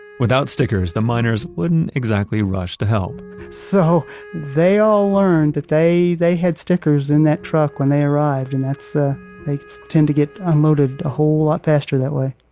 and without stickers, the miners wouldn't exactly rush to help so they all learned that they they had stickers in that truck when they arrived and ah they tend to get unloaded a whole lot faster that way